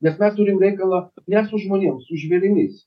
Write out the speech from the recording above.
nes mes turim reikalą ne su žmonėm su žvėrimis